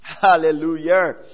Hallelujah